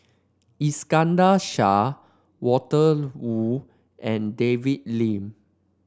Iskandar Shah Walter Woon and David Lim